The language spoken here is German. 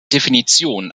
definition